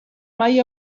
mai